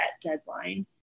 deadline